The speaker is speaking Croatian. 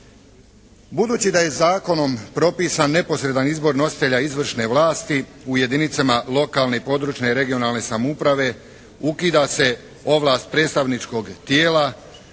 Budući da je i zakonom propisan neposredan izbor nositelja izvršne vlasti u jedinicama lokalne i područne (regionalne) samouprave ukida se ovlast predstavničkog tijela,